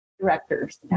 directors